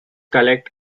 collect